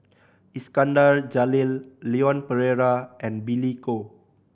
Iskandar Jalil Leon Perera and Billy Koh